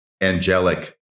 angelic